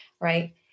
right